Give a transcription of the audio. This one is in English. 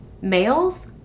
Males